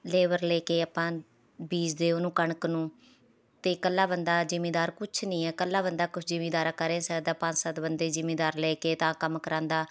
labour ਲੈ ਕੇ ਆਪਾਂ ਬੀਜਦੇ ਉਹਨੂੰ ਕਣਕ ਨੂੰ ਅਤੇ ਇਕੱਲਾ ਬੰਦਾ ਜ਼ਿਮੀਂਦਾਰ ਕੁਛ ਨਹੀਂ ਹੈ ਇਕੱਲਾ ਬੰਦਾ ਕੁਛ ਜ਼ਿਮੀਂਦਾਰ ਕਰੇ ਸਕਦਾ ਪੰਜ ਸੱਤ ਬੰਦੇ ਜ਼ਿਮੀਂਦਾਰ ਲੈ ਕੇ ਤਾਂ ਕੰਮ ਕਰਵਾਉਂਦਾ